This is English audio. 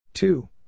Two